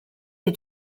est